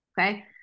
Okay